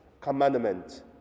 commandment